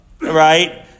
Right